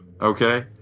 Okay